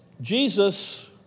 Jesus